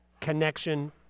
connection